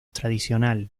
tradicional